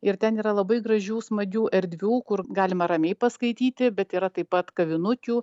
ir ten yra labai gražių smagių erdvių kur galima ramiai paskaityti bet yra taip pat kavinukių